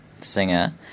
singer